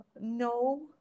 no